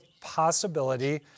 possibility